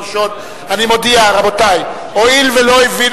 אני מודיע, רבותי, הואיל ולא הבינו